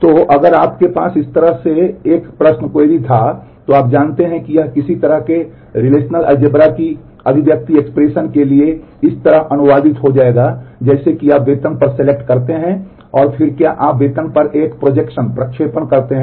तो अगर आपके पास इस तरह से एक प्रश्न था तो आप जानते हैं कि यह किसी तरह के रिलेशनल करते हैं